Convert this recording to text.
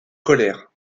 colère